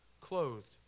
clothed